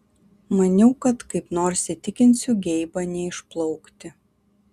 maniau kad kaip nors įtikinsiu geibą neišplaukti